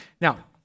Now